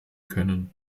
können